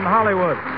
Hollywood